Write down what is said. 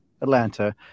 Atlanta